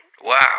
wow